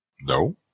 no